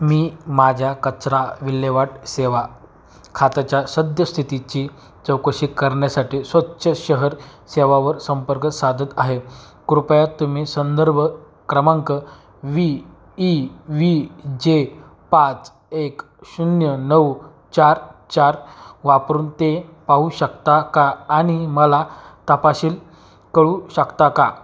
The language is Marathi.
मी माझ्या कचरा विल्हेवाट सेवा खात्याच्या सद्यस्थितीची चौकशी करण्यासाठी स्वच्छ शहर सेवावर संपर्क साधत आहे कृपया तुम्ही संदर्भ क्रमांक वी ई वी जे पाच एक शून्य नऊ चार चार वापरून ते पाहू शकता का आणि मला तपशील कळू शकता का